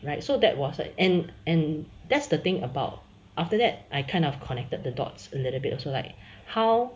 right so that was a and and that's the thing about after that I kind of connected the dots a little bit also like how